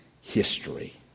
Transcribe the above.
history